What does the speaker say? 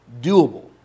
doable